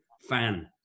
fan